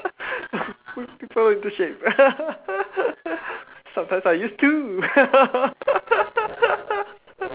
whip people into shape sometimes I use two